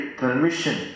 permission